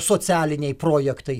socialiniai projektai